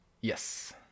yes